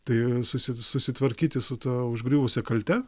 tai susi susitvarkyti su ta užgriuvusia kalte